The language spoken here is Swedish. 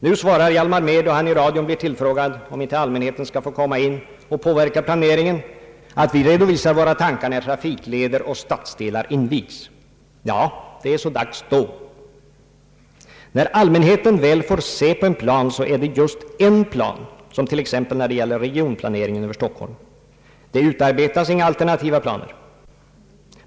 Nu svarar Hjalmar Mehr, när han i radion blir tillfrågad, om inte allmänheten skall få vara med och påverka planeringen, att »vi redovisar våra tankar när trafikleder och stadsdelar invigs». Ja, det är så dags. När allmänheten väl får se en plan, så är det just en plan, som t.ex. när det gäller regionplaneringen för Stockholm. Det utarbetas inga alternativa planer.